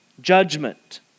Judgment